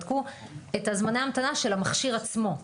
בדקו את זמני ההמתנה של המכשיר עצמו,